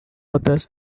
authors